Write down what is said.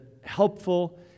helpful